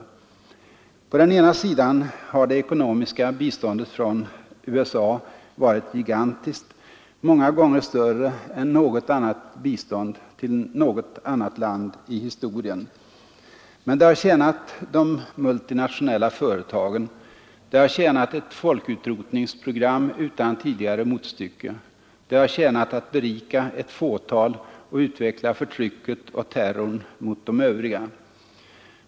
På den ena sidan har det ekonomiska biståndet från USA varit gigantiskt, många gånger större än något annat bistånd till något annat land i historien. Men det har tjänat de multinationella företagen. Det har tjänat ett folkutrotningsprogam utan tidigare motstycke. Det har tjänat att berika ett fåtal och utveckla förtrycket och terrorn mot de övriga.